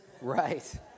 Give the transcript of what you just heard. right